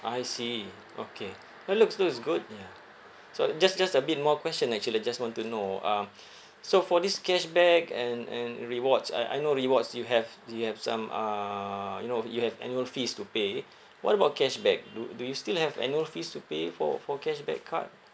I see okay ya looks looks good ya so just just a bit more question actually I just want to know um so for this cashback and and rewards I I know rewards you have you have some uh you know you have annual fees to pay what about cashback do do you still have annual fees to pay for for cashback card